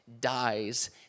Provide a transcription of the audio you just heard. dies